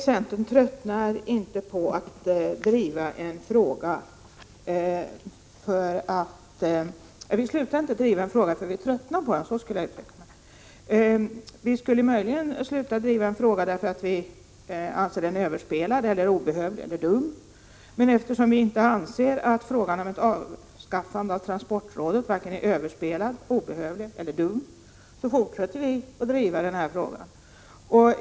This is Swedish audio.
Herr talman! Vi i centern slutar inte driva en fråga därför att vi tröttnar på den. Vi skulle möjligen sluta driva en fråga därför att vi anser att den är överspelad, obehövlig eller dum, men eftersom vi inte anser att frågan om ett avskaffande av transportrådet är varken överspelad, obehövlig eller dum fortsätter vi att driva den.